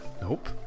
Nope